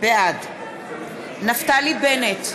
בעד נפתלי בנט,